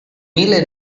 mille